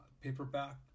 paperback